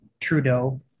Trudeau